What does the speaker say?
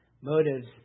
Motives